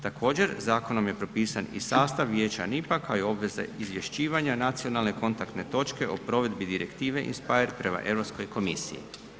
Također zakonom je propisan i sastav vijeća NIP-a kao i obveze izvješćivanja nacionalne kontaktne točke o provedbi Direktive INSPIRE prema Europskoj komisiji.